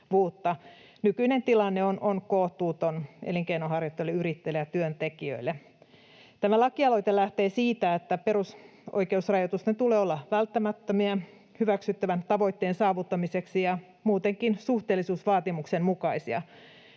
Nykyinen tilanne on kohtuuton elinkeinonharjoittajille, yrittäjille ja työntekijöille. Tämä lakialoite lähtee siitä, että perusoikeusrajoitusten tulee olla välttämättömiä hyväksyttävän tavoitteen saavuttamiseksi ja muutenkin suhteellisuusvaatimuksen mukaisia.